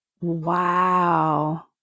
Wow